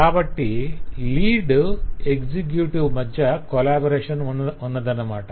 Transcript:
కాబట్టి lead executive మధ్య collaboration ఉన్నదన్నమాట